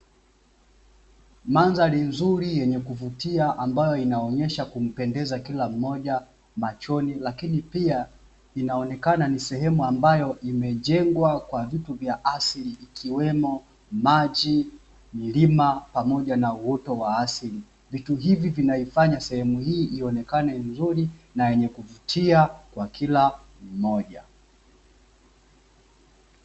Mandhari nzuri yenye kuvutia ambayo inaonyesha kumpendeza kila mmoja machoni lakini pia inaonekana ni sehemu ambayo imejengwa kwa vitu vya asili ikiwemo maji, milima pamoja na uoto wa asili. Vitu hivi vinaifanya sehemu hii ionekane nzuri na yenye kuvutia kwa kila mmoja.